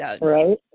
Right